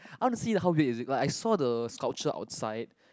I want to see like how big is it like I saw the sculpture outside